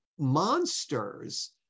Monsters